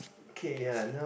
okay ya now